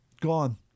Gone